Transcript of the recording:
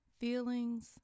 feelings